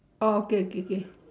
orh okay okay K